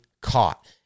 caught